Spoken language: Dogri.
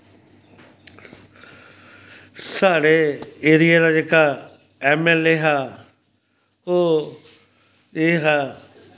साढ़े एरिये दा जेह्का ऐम ऐल ए हा ओह् एह् हा